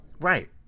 Right